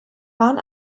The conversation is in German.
waren